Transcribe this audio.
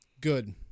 Good